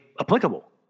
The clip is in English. applicable